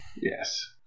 Yes